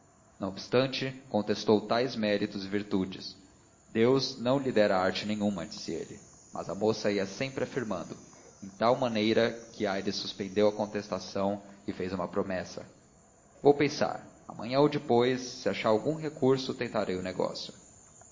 não obstante contestou tais méritos e virtudes deus não lhe dera arte nenhuma disse ele mas a moça ia sempre afirmando em tal maneira que aires suspendeu a contestação e fez uma promessa vou pensar amanhã ou depois se achar algum recurso tentarei o negócio